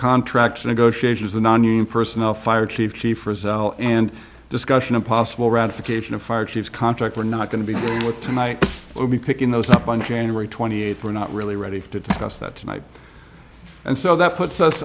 contract negotiations the nonunion personnel fire chief chief and discussion of possible ratification of fire chiefs contract we're not going to be with tonight we'll be picking those up on january twenty eighth we're not really ready to discuss that tonight and so that puts us